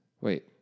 Wait